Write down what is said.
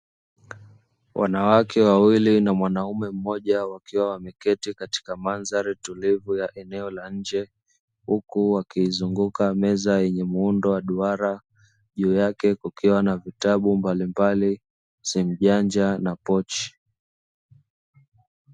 Wanawake wawili na mwanaume mmoja, wakiwa wameketi katika mandhari tulivu ya eneo la nje huku wakizunguka meza yenye muundo wa duara, juu yake kukiwa na vitabu mbalimbali simu janja na pochi.